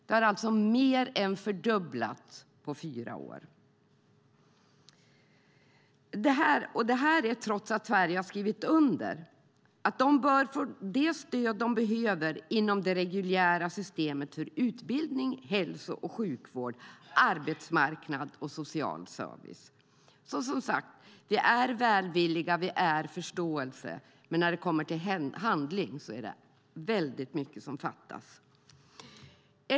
Den har alltså mer än fördubblats på fyra år - detta trots att Sverige har skrivit under att dessa personer bör få det stöd de behöver inom det reguljära systemet för utbildning, hälso och sjukvård, arbetsmarknad och social service. Vi är som sagt välvilliga och förstående, men när det kommer till handling är det mycket som fattas.